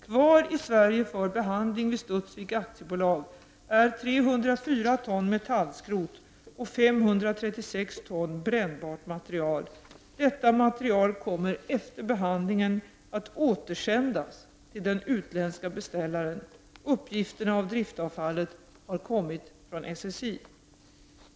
Kvar i Sverige för behandling vid Studsvik AB är 304 ton metallskrot och 536 ton brännbart material. Detta material kommer efter behandlingen att återsändas till den utländske beställaren. Uppgifterna om driftavfallet har kommit från SSI.